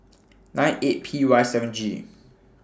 nine eight P Y seven G